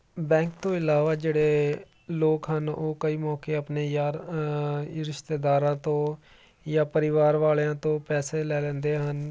bank ਤੋਂ ਇਲਾਵਾ ਜਿਹੜੇ ਲੋਕ ਹਨ ਉਹ ਕਈ ਮੌਕੇ ਆਪਣੇ ਯਾਰ ਰਿਸ਼ਤੇਦਾਰਾਂ ਤੋਂ ਜਾਂ ਪਰਿਵਾਰ ਵਾਲਿਆਂ ਤੋਂ ਪੈਸੇ ਲੈ ਲੈਂਦੇ ਹਨ